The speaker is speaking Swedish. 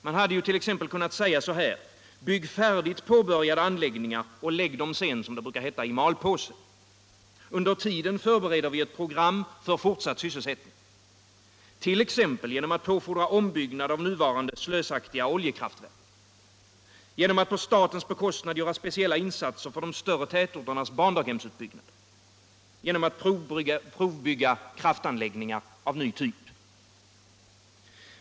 Man hade ju 1. ex. kunnat säga: — linje i kärnkrafts Bygg påbörjade anläggningar färdiga och lägg dem sedan - som det brukar — frågan heta — i malpåse. Under tiden förbereder vi ett program för fortsatt svsselsättning, t.ex. genom att påfordra ombyggnad av nuvarande slösaktiga oljekrafiverk, genom att på statens bekostnad göra speciella insatser för de större tätorternas barndaghemsutbyggnad och genom att provbygga kraftanläggningar av ny typ.